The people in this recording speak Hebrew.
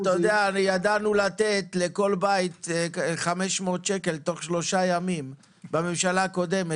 ידענו לתת לכל בית 750 שקלים תוך שלושה ימים בממשלה הקודמת.